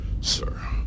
Sir